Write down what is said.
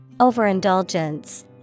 Overindulgence